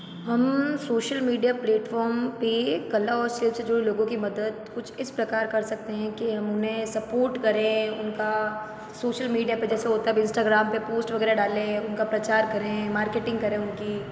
हम social media platform पे कला और शिल्प से जुड़े लोगों की मदद कुछ इस प्रकार कर सकते हैं के हम उन्हें सपोर्ट करें उनका सोशल मीडिया पे जैसे होता है इंस्टाग्राम पे जैसे पोस्ट वगैरह डालें उनका प्रचार करें मार्केटिंग करें उनकी